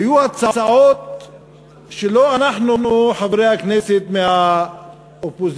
היו הצעות שלא אנחנו, חברי הכנסת מהאופוזיציה,